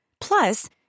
Plus